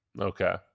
okay